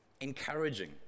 encouraging